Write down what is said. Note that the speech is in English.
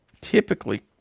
typically